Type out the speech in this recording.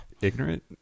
ignorant